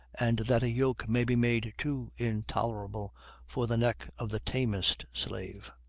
and that a yoke may be made too intolerable for the neck of the tamest slave.